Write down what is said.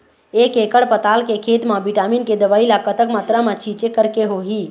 एक एकड़ पताल के खेत मा विटामिन के दवई ला कतक मात्रा मा छीचें करके होही?